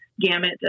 gamut